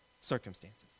circumstances